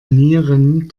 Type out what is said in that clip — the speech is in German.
nieren